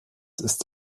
ist